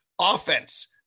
offense